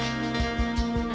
and